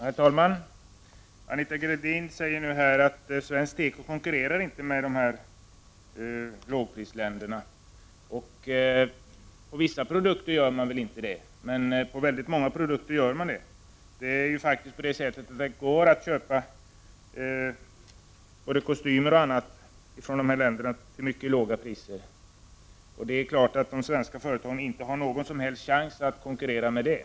Herr talman! Statsrådet Anita Gradin säger nu att svensk teko inte konkurrerar med lågprisländerna. Det stämmer när det gäller vissa produkter, men inte när det gäller många andra produkter. Det går att köpa både kostymer och annat från dessa länder till mycket låga priser. De svenska företagen har ingen chans att konkurrera med dem.